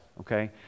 okay